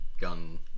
gun